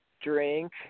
drink